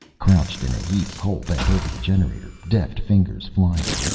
crouched in a heap, cole bent over the generator, deft fingers flying.